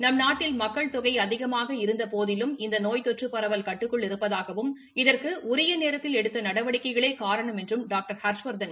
நம் நாட்டில் மக்கள் தொகை அதிகமாக இருந்தபோதிலும் இந்த நோய் தொற்று பரவல் கட்டுக்குள் இருப்பதாகவும் இதற்கு உரிய நேரத்தில் எடுத்த நடவடிக்கைகளே காரணம் என்றும் டாக்டர் ஹர்ஷவா்தன் கூறினார்